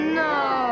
no